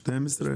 שנים-עשר.